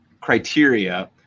criteria